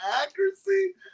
accuracy